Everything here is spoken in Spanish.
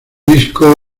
disco